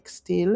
טקסטיל,